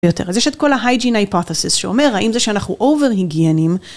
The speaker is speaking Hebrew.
ויותר. אז יש את כל ה-hygiene hypothesis שאומר, האם זה שאנחנו over-היגיינים?